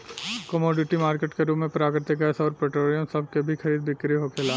commodity market के रूप में प्राकृतिक गैस अउर पेट्रोलियम सभ के भी खरीद बिक्री होखेला